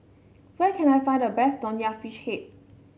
where can I find the best Nonya Fish Head